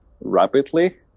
rapidly